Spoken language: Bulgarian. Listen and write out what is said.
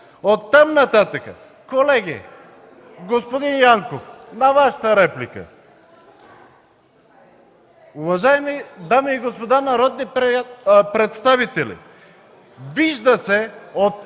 да съответства. Колеги! Господин Янков, на Вашата реплика. Уважаеми дами и господа народни представители, вижда се от